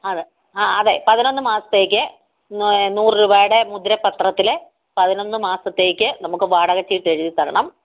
അത് അതേ പതിനൊന്ന് മാസത്തേക്ക് നൂറ് രൂപയുടെ പത്രത്തില് പതിനൊന്ന് മാസത്തേക്ക് നമുക്ക് വാടക ചീട്ടെഴുതി തരണം